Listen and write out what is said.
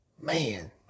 Man